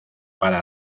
para